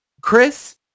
Chris